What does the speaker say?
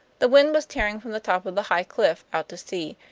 the wind was tearing from the top of the high cliff out to sea,